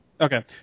Okay